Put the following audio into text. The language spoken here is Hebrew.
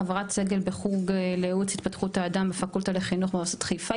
חברת סגל בחוג לייעוץ והתפתחות האדם בפקולטה לחינוך באוניברסיטת חיפה,